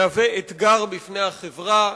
מהווה אתגר בפני החברה,